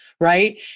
right